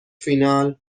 فینال